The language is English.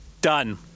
Done